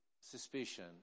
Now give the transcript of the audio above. suspicion